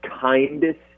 kindest